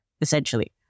essentially